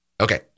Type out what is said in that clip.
Okay